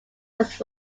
west